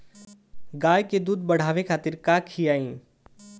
गाय के दूध बढ़ावे खातिर का खियायिं?